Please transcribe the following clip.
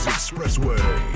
Expressway